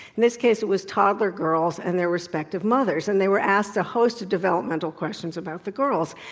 in this case, it was toddler girls and their respective mothers, and they were asked a host of developmental questions about the girls,